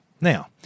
Now